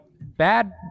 bad